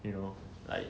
you know like